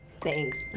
Thanks